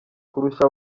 kurusha